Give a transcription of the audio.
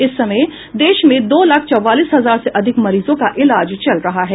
इस समय देश में दो लाख चौवालीस हजार से अधिक मरीजों का इलाज चल रहा है